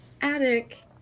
attic